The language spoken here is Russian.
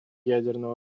ядерного